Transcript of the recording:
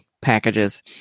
packages